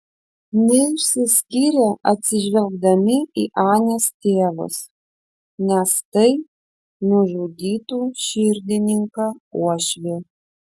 neišsiskyrė atsižvelgdami į anės tėvus nes tai nužudytų širdininką uošvį